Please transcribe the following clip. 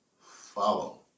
follow